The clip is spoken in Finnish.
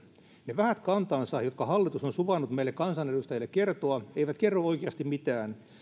ne vähät kantansa jotka hallitus on suvainnut meille kansanedustajille kertoa eivät kerro oikeasti mitään